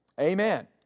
Amen